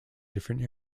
different